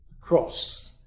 cross